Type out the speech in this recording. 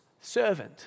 servant